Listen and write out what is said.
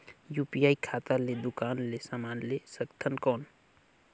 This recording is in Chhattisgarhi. यू.पी.आई खाता ले दुकान ले समान ले सकथन कौन?